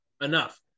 enough